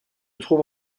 trouve